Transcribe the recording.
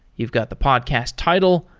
you've got the podcast title,